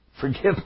Forgive